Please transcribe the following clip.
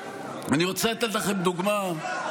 ראש הממשלה שלך יזם את השביתה.